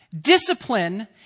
Discipline